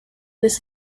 this